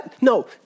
no